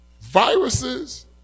Viruses